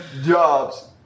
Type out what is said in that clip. jobs